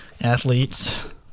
athletes